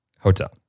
Hotel